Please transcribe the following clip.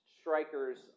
strikers